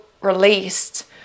released